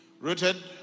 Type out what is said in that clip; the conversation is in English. Rooted